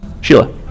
Sheila